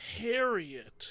Harriet